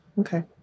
Okay